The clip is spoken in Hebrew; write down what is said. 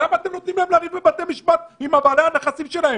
למה אתם נותנים להם לריב בבתי משפט עם בעלי הנכסים שלהם?